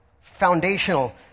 foundational